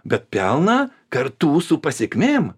bet pelną kartu su pasekmėm